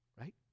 right